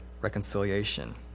reconciliation